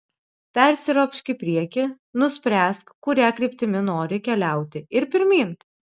persiropšk į priekį nuspręsk kuria kryptimi nori keliauti ir pirmyn